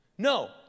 No